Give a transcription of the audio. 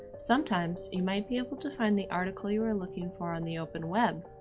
sometimes, you might be able to find the article you are looking for on the open web,